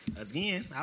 Again